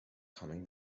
coming